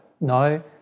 No